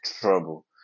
trouble